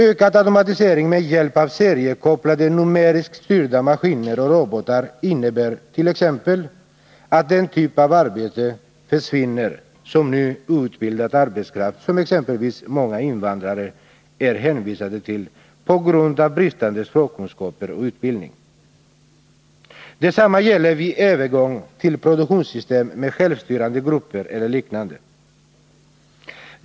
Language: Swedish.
Ökad automatisering med hjälp av seriekopplade numeriskt styrda maskiner och robotar innebär t.ex. att den typ av arbete försvinner som nu outbildad arbetskraft, som exempelvis många invandrare, är hänvisade till på grund av bristande språkkunskaper och utbildning. Detsamma gäller vid övergång till produktionssystem med självstyrande grupper eller liknande.